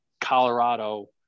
Colorado